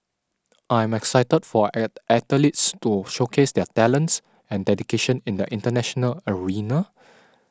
I am excited for our athletes to showcase their talents and dedication in the international arena